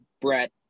Brett